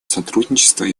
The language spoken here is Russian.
сотрудничество